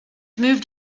moved